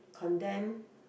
condemn